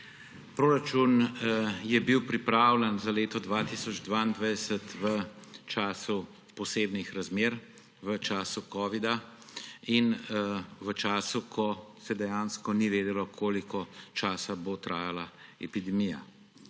leto 2022 je bil pripravljen v času posebnih razmer, v času covida in v času, ko se dejansko ni vedelo, koliko časa bo trajala epidemija.